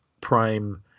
prime